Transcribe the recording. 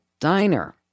diner